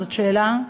זאת שאלה,